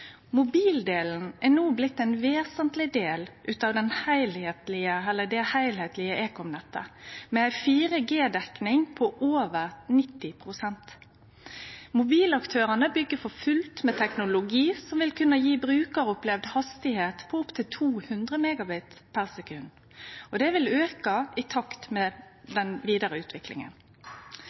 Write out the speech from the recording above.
Mobildelen er no blitt ein vesentleg del av det heilskaplege ekomnettet, med ei 4G-dekning på over 90 pst. Mobilaktørane byggjer for fullt med teknologi som vil kunne gje brukaropplevd hastigheit på opp til 200 Mbit/s, og det vil auke i takt med den vidare utviklinga.